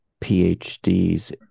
PhDs